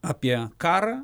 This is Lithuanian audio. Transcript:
apie karą